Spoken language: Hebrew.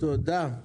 תודה.